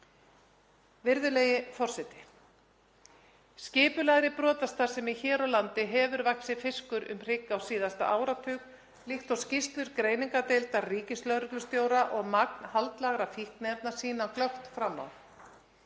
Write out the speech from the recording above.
Virðulegi forseti. Skipulagðri brotastarfsemi hér á landi hefur vaxið fiskur um hrygg á síðasta áratug líkt og skýrslur greiningardeildar ríkislögreglustjóra og magn haldlagðra fíkniefna sýna glöggt fram á.